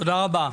תודה רבה.